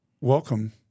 welcome